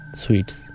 sweets